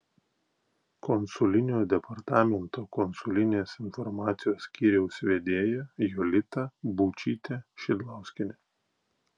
konsulinio departamento konsulinės informacijos skyriaus vedėja jolita būčytė šidlauskienė